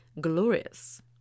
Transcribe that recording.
glorious